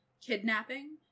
kidnapping